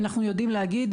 אנחנו יודעים להגיד.